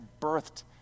birthed